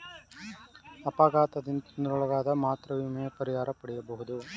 ಅಪಘಾತದಿಂದ ತೊಂದರೆಗೊಳಗಾದಗ ಮಾತ್ರ ವಿಮೆಯ ಪರಿಹಾರ ಪಡೆಯಬಹುದು